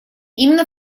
именно